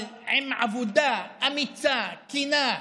אבל עם עבודה אמיצה, כנה,